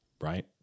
Right